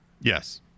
Yes